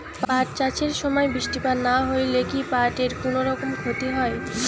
পাট চাষ এর সময় বৃষ্টিপাত না হইলে কি পাট এর কুনোরকম ক্ষতি হয়?